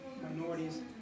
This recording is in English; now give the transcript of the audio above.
minorities